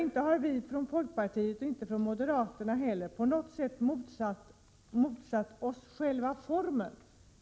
Inte har vi från tiska insatser i delar av Bergslagen och norra Sveriges inland folkpartiet och moderata samlingspartiet på något sätt motsatt oss själva formen.